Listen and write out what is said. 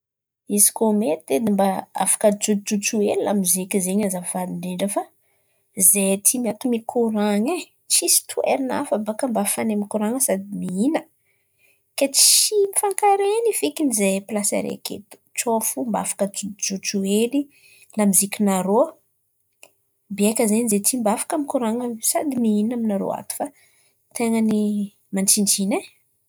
Izy kôa mety edy mba hajotsojotsoa hely lamozika zen̈y azafady indrindra fa izahay ity ato mikoràn̈a e. Tsisy toeran̈a hafa bakà mba hahafanay mikoràn̈a sady mihinà kay tsy mifankaren̈y feky izahay plasy araiky eto. Tsao fo mba afaka hajotsojotso hely lamoziky narô biàka zen̈y izahay ty mba afaka mikoràn̈a sady mihinà aminarô ato fa ten̈a ny mantsintsin̈y e.